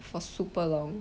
four super long